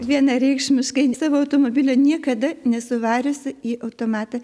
vienareikšmiškai savo automobilio niekada nesu variusi į automatą